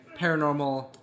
paranormal